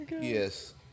Yes